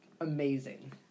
amazing